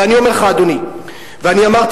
ואני אומר לך,